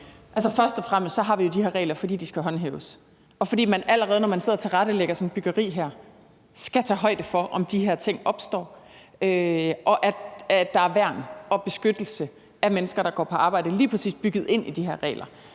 først og fremmest har vi jo de her regler, fordi de skal håndhæves, og fordi man, allerede når man sidder og tilrettelægger sådan et byggeri her, skal tage højde for, om de her ting opstår, og at der er værn og beskyttelse af mennesker, der går på arbejde, som lige præcis er bygget ind i de her regler.